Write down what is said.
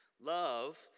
Love